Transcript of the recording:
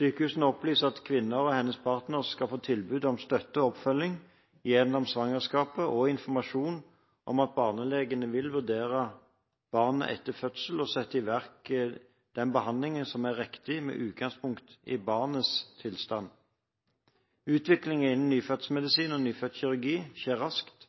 Sykehusene opplyser at kvinnen og hennes partner skal få tilbud om støtte og oppfølging gjennom svangerskapet og informasjon om at barnelegene vil vurdere barnet etter fødsel og sette i verk den behandlingen som er riktig med utgangspunkt i barnets tilstand. Utviklingen innen nyfødtmedisin og nyfødtkirurgi skjer raskt,